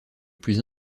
plus